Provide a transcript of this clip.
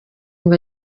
ngo